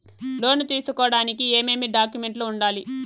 లోను తీసుకోడానికి ఏమేమి డాక్యుమెంట్లు ఉండాలి